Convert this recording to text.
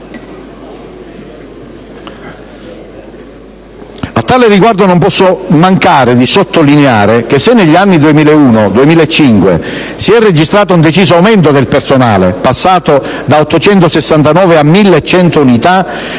A tale riguardo, non posso mancare di sottolineare che, se negli anni 2001-2005 si è registrato un deciso aumento del personale (passato da 869 a 1.100 unità),